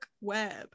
Web